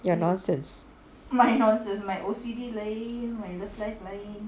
your nonsense